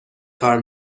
کار